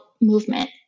movement